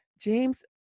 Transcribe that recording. James